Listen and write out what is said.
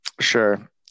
Sure